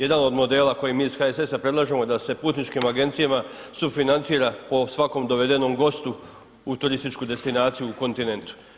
Jedan od modela koji mi iz HSS predlažemo da se putničkim agencijama sufinancira po svakom dovedenom gostu u turističku destinaciju u kontinentu.